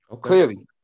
Clearly